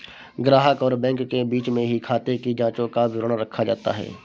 ग्राहक और बैंक के बीच में ही खाते की जांचों का विवरण रखा जाता है